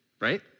right